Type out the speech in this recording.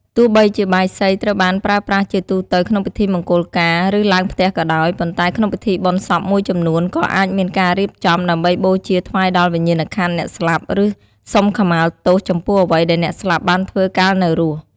ទោះបីជាបាយសីត្រូវបានប្រើប្រាស់ជាទូទៅក្នុងពិធីមង្គលការ ឬឡើងផ្ទះក៏ដោយ ប៉ុន្តែក្នុងពិធីបុណ្យសពមួយចំនួន ក៏អាចមានការរៀបចំ ដើម្បីបូជាថ្វាយដល់វិញ្ញាណក្ខន្ធអ្នកស្លាប់ ឬសុំខមាទោសចំពោះអ្វីដែលអ្នកស្លាប់បានធ្វើកាលនៅរស់។